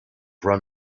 run